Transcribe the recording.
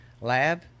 lab